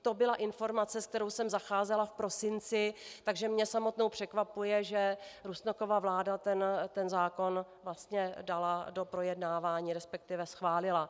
To byla informace, se kterou jsem zacházela v prosinci, takže mě samotnou překvapuje, že Rusnokova vláda ten zákon vlastně dala do projednávání, resp. schválila.